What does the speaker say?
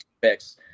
picks